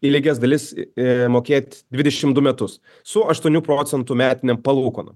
į lygias dalis mokėt dvidešim metus su aštuonių procentų metinėm palūkanom